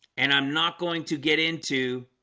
and i'm not going to get into